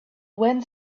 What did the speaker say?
went